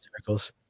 circles